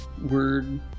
word